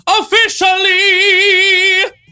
Officially